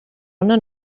una